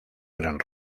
gran